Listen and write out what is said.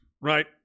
right